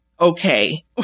okay